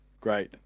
Great